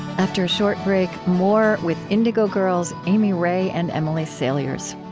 after a short break, more with indigo girls amy ray and emily saliers.